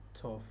tough